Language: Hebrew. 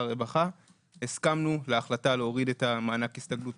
הרווחה הסכמנו להחלטה להוריד את מענק ההסתגלות